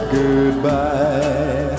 goodbye